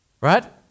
right